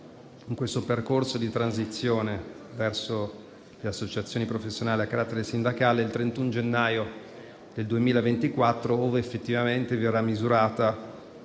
in questo percorso di transizione verso le associazioni professionali a carattere sindacale, il 31 gennaio 2024, quando verrà misurata